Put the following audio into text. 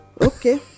Okay